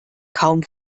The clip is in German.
kaum